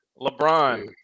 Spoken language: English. LeBron